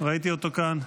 ראיתי אותו כאן,